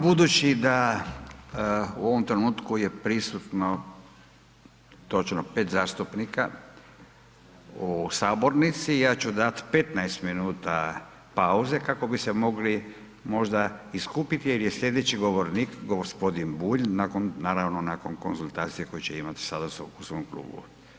Budući da u ovom trenutku je prisutno točno 5 zastupnika u sabornici, ja ću dati 15 minuta pauze kako bi se mogli možda i skupiti jer je sljedeći govornik gospodin Bulj, naravno nakon konzultacija koje će imati sada u svom klubu.